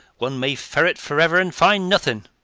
one may ferret forever, and find nothing.